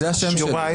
זה השם שלי.